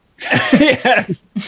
Yes